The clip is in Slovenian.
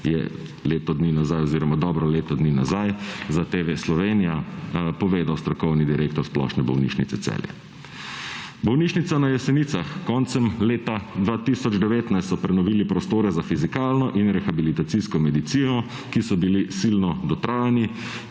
je leto dni nazaj oziroma dobro leto dni nazaj za TV Slovenija povedal strokovni direktor Splošne bolnišnice Celje. Bolnišnica na Jesenicah. Koncem leta 2019 so prenovili prostore za fizikalno in rehabilitacijsko medicino, ki so bili silno dotrajani.